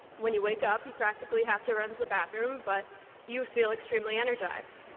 when you wake up, you practically have to run to the bathroom but you feel extremely energized.